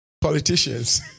politicians